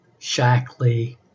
shackley